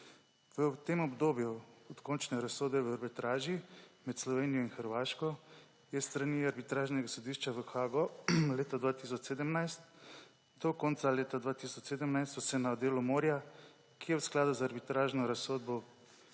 V tem obdobju od končne razsodbe o arbitraži med Slovenijo in Hrvaško s strani arbitražnega sodišča v Haagu leta 2017 do konca leta 2017 so se na delu morja, ki je v skladu z arbitražno razsodbo